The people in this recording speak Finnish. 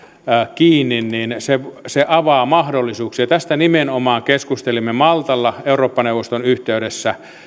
kiinni se se avaa mahdollisuuksia tästä nimenomaan keskustelimme maltalla eurooppa neuvoston yhteydessä